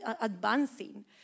advancing